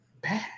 bad